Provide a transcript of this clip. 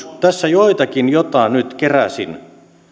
tässä joitakin mitä nyt keräsin